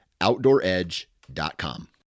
OutdoorEdge.com